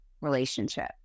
relationship